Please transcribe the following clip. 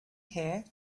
here